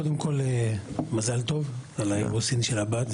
קודם כל, מזל טוב על האירוסין של הבת.